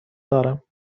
دارم